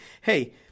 Hey